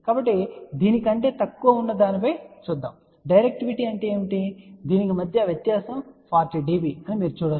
కాబట్టి దీని కంటే తక్కువ ఉన్న దానిపై చూద్దాం డైరెక్టివిటీ అంటే ఏమిటి మరియు దీనికి మధ్య వ్యత్యాసం 40 dB అని మీరు చూడవచ్చు